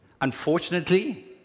unfortunately